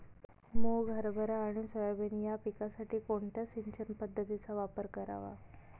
मुग, हरभरा आणि सोयाबीन या पिकासाठी कोणत्या सिंचन पद्धतीचा वापर करावा?